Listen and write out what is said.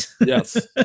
yes